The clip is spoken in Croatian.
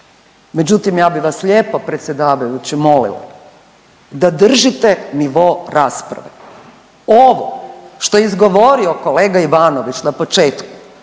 međutim ja bi vas lijepo predsjedavajući molila da držite nivo rasprave. Ovo što je izgovorio kolega Ivanović na početku